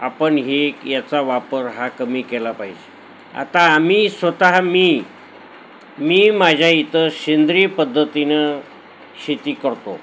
आपण ही याचा वापर हा कमी केला पाहिजे आता आम्ही स्वतः मी मी माझ्या इथं सेंद्रिय पद्धतीने शेती करतो